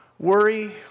worry